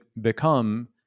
become